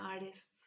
artists